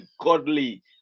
godly